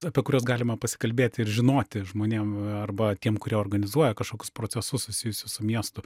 apie kuriuos galima pasikalbėti ir žinoti žmonėm arba tiem kurie organizuoja kažkokius procesus susijusius su miestu